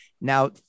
Now